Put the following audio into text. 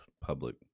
public